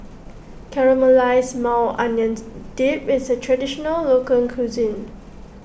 Caramelized Maui Onions Dip is a Traditional Local Cuisine